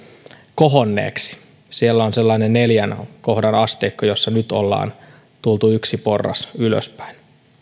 kohonneeksi siellä on sellainen neljän kohdan asteikko jossa nyt ollaan tultu yksi porras ylöspäin